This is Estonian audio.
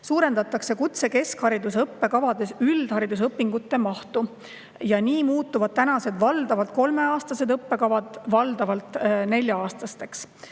Suurendatakse kutsekeskhariduse õppekavades üldhariduse õpingute mahtu. Nii muutuvad praegused valdavalt kolmeaastased õppekavad valdavalt nelja-aastasteks.